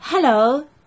Hello